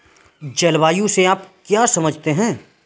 जलवायु से आप क्या समझते हैं?